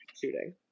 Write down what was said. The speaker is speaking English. shooting